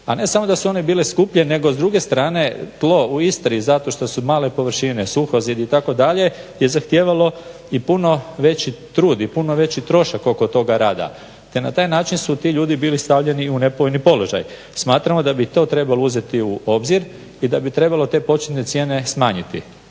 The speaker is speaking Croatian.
A ne samo da su one bile skupljije nego s druge strane tlo u Istri zato što su male površine, suhozid itd. je zahtijevalo i puno veći trud i puno veći trošak oko toga rada te na taj način su ti ljudi bili stavljeni u nepovoljni položaj. Smatramo da bi to trebalo uzeti u obzir i da bi trebalo te početne cijene smanjiti.